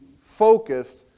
focused